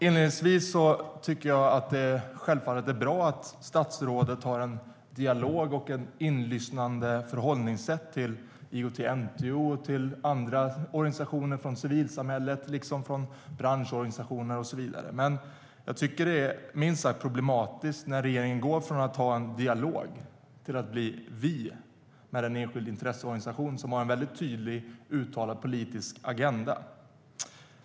Inledningsvis tycker jag självfallet att det är bra att statsrådet har en dialog med och ett inlyssnande förhållningssätt till IOGT-NTO och andra organisationer från civilsamhället liksom till branschorganisationer och så vidare. Men jag tycker att det är minst sagt problematiskt när regeringen går från att ha en dialog till att bli "vi" med en enskild intresseorganisation som har en tydligt uttalad politisk agenda.